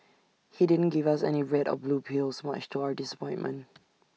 he didn't give us any red or blue pills much to our disappointment